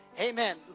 Amen